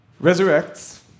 resurrects